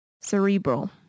Cerebral